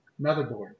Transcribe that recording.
motherboard